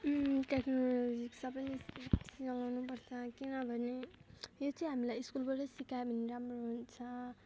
technology सबैले पर्छ किनभने यो चाहिँ हामीलाई स्कुलबाट सिकायो भने राम्रो हुन्छ